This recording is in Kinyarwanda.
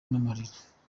n’amarira